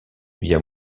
via